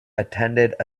attended